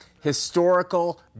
historical